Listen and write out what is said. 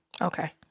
Okay